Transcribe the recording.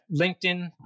LinkedIn